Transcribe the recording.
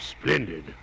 Splendid